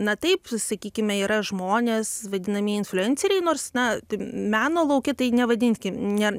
na taip sakykime yra žmonės vadinamieji infliuenceriai nors na meno lauke tai nevadinkim ne